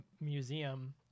museum